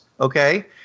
okay